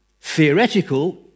theoretical